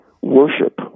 Worship